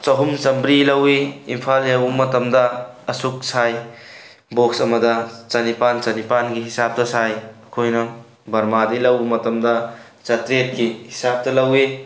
ꯆꯍꯨꯝ ꯆꯥꯝꯔꯤ ꯂꯧꯏ ꯏꯝꯐꯥꯜ ꯌꯧꯕ ꯃꯇꯝꯗ ꯑꯁꯨꯛ ꯁꯥꯏ ꯕꯣꯛꯁ ꯑꯃꯗ ꯆꯅꯤꯄꯥꯟ ꯆꯅꯤꯄꯥꯟꯒꯤ ꯍꯤꯡꯁꯥꯞꯇ ꯁꯥꯏ ꯑꯩꯈꯣꯏꯅ ꯕꯔꯃꯥꯗꯩ ꯂꯧꯕ ꯃꯇꯝꯗ ꯆꯥꯇ꯭ꯔꯦꯠꯀꯤ ꯍꯤꯡꯁꯥꯞꯇ ꯂꯧꯏ